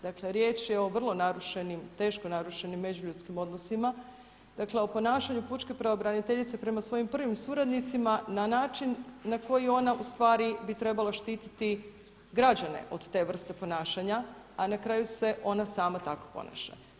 Dakle riječ je o vrlo narušenim, teško narušenim međuljudskim odnosima, dakle o ponašanju pučke pravobraniteljice prema svojim prvim suradnicima na način na koji ona bi trebala štititi građane od te vrste ponašanja, a na kraju se ona sama tako ponaša.